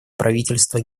правительства